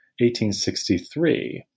1863